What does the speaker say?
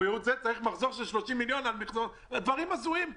קרן, אלו דברים הזויים.